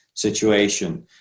situation